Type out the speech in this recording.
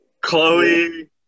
Chloe